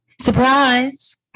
surprise